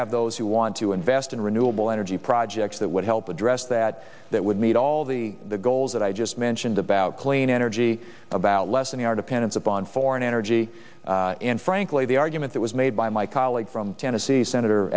have those who want to invest in renewable energy projects that would help address that that would meet all the goals that i just mentioned about clean energy about lessening our dependence upon foreign energy and frankly the argument that was made by my colleague from tennessee senator